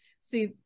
see